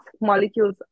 molecules